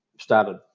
started